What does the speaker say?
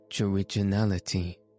originality